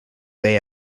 they